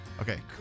Okay